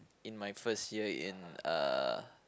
in my first year in uh